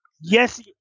Yes